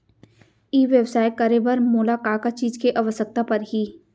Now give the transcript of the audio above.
ई व्यवसाय करे बर मोला का का चीज के आवश्यकता परही?